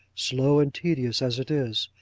slow and tedious as it is.